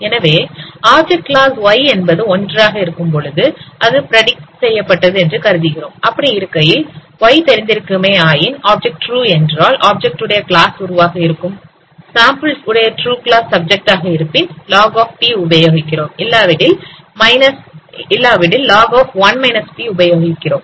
எனவே object class y என்பது 1 ஆக இருக்கும்பொழுது அது பிரடிக்ட் செய்யப்பட்டது என கருதுகிறோம் அப்படி இருக்கையில் y தெரிந்திருக்குமே யாயின் ஆப்ஜெக்ட் ட்ரு என்றால் ஆப்ஜெக்ட் உடைய கிளாஸ் உருவாக இருக்கும் சாம்பிள் உடைய ட்ரூ கிளாஸ் சப்ஜெக்ட் ஆக இருப்பின் log உபயோகிக்கிறோம் இல்லாவிடில் log உபயோகிக்கிறோம்